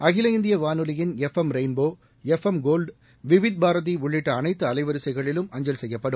அகில இந்திய வானொலியின் F M rainbow F M gold Vividh Bharati உள்ளிட்ட அனைத்து அலைவரிசைகளிலும் அஞ்சல் செய்யப்படும்